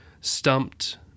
stumped